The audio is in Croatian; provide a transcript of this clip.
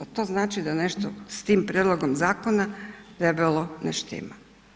To znači da nešto s prijedlogom zakona debelo ne štima.